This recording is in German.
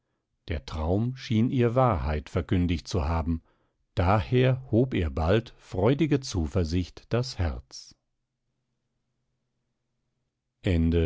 der traum schien ihr wahrheit verkündigt zu haben daher hob ihr bald freudige zuversicht das herz